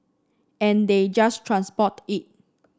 and they just transport it